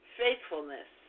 faithfulness